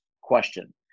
question